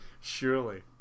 Surely